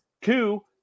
two